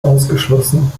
ausgeschlossen